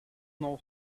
know